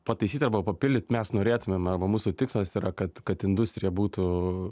pataisyt arba papildyt mes norėtumėm arba mūsų tikslas yra kad kad industrija būtų